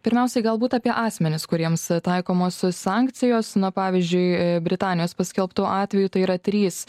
pirmiausiai galbūt apie asmenis kuriems taikomos sankcijos na pavyzdžiui britanijos paskelbtu atveju tai yra trys